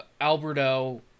Alberto